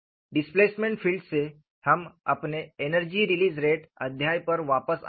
displacement field से हम अपने एनर्जी रिलीज़ रेट अध्याय पर वापस आएंगे